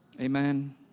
Amen